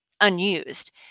unused